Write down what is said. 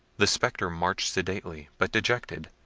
the spectre marched sedately, but dejected,